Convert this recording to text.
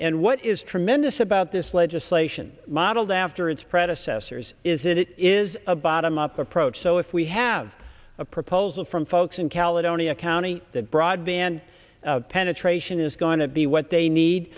and what is tremendous about this legislation modeled after its predecessors is that it is a bottom up approach so if we have a proposal from folks in caledonia county that broadband penetration is going to be what they need